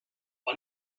but